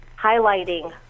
highlighting